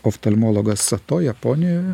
oftalmologas sato japonijoje